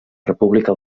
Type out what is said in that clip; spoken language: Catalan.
república